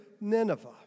Nineveh